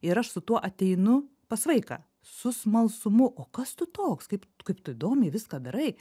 ir aš su tuo ateinu pas vaiką su smalsumu o kas tu toks kaip kaip tu įdomiai viską darai